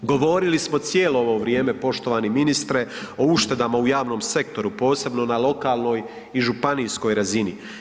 Govorili smo cijelo ovo vrijeme poštovani ministre o uštedama u javnom sektoru, posebno na lokalnoj i županijskoj razini.